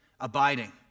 abiding